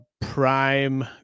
prime